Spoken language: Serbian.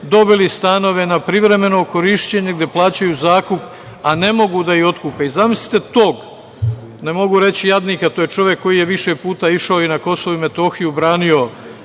dobili stanove na privremeno korišćenje, gde plaćaju zakup, a ne mogu da ih otkupe. I zamislite tog, ne mogu reći jadnika, to je čovek koji je više puta išao i na Kosovo i Metohiju, branio